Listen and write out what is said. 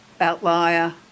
outlier